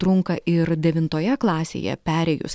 trunka ir devintoje klasėje perėjus